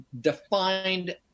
defined